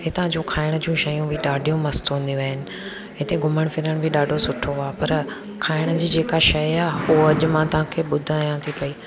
हितां जो खाइण जूं शयूं बि ॾाढियूं मस्तु हूंदियूं आहिनि हिते घुमणु फिरण बि ॾाढो सुठो आहे पर खाइण जी जेका शइ आहे उहा अॼु मां तव्हांखे ॿुधायां थी पई